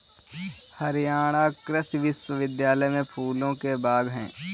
हरियाणा कृषि विश्वविद्यालय में फूलों के बाग हैं